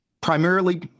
primarily